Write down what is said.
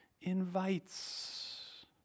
invites